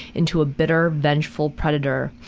into a bitter, vengeful predator.